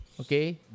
okay